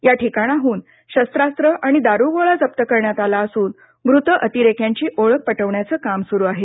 या ठिकाणाहून शस्त्रास्त्रे आणि दारुगोळा जप्त करण्यात आला असून मृत अतिरेक्यांची ओळख पटविण्याचं काम सुरू आहे